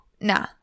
Nah